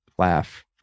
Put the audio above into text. laugh